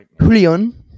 Julian